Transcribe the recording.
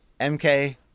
mk